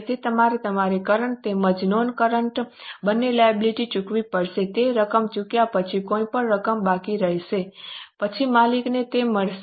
તેથી તમારે તમારી કરન્ટ તેમજ નોનકરન્ટ બંને લાયબિલિટી ચૂકવવી પડશે તે રકમ ચૂકવ્યા પછી કોઈપણ રકમ બાકી રહેશે પછી માલિકોને તે મળશે